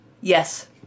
Yes